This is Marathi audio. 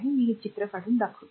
मी चित्र काढत आहे